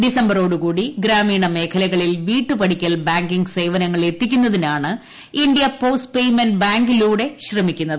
ഡിസംബറോട് കൂടി ഗ്രാമീണ മേഖലകളിൽ വീട്ടുപടിക്കൽ ബാങ്കിംഗ് സേവനങ്ങൾ എത്തിക്കുന്നതിനാണ് ഇന്ത്യ പോസ്റ്റ് പേയ്മെന്റ് ബാങ്കിലൂടെ ശ്രമിക്കുന്നത്